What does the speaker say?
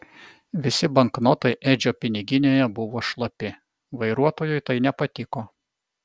visi banknotai edžio piniginėje buvo šlapi vairuotojui tai nepatiko